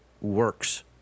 works